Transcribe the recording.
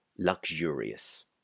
luxurious